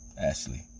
Ashley